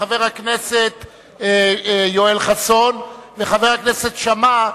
חבר הכנסת יואל חסון וחבר הכנסת שאמה,